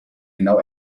genau